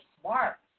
smart